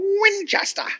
Winchester